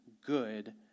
good